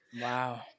Wow